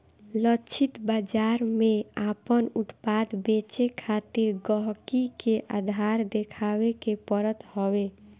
लक्षित बाजार में आपन उत्पाद बेचे खातिर गहकी के आधार देखावे के पड़त हवे